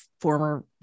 former